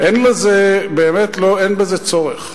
באמת, אין בזה צורך.